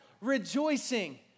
rejoicing